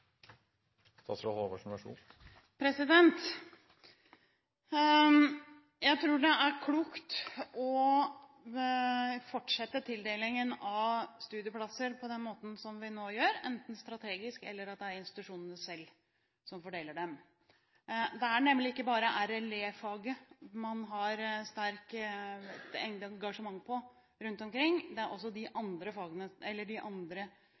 klokt å fortsette tildelingen av studieplasser på den måten som vi nå gjør, enten strategisk eller at det er institusjonene selv som fordeler dem. Det er nemlig ikke bare i RLE-faget man har sterkt engasjement rundt omkring, det gjelder også de